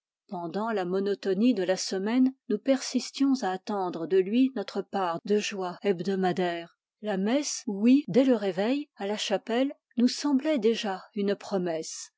pendant la monotonie de la semaine nous persistions à attendre de lui notre part de joie hebdomadaire la messe ouïe dès le réveil à la chapelle nous semblait déjà une promesse